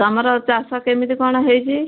ତମର ଚାଷ କେମିତି କଣ ହେଇଛି